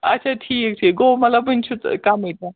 اَچھا ٹھیٖک ٹھیٖک گوٚو مطلب وٕنۍ چھِ کمٕے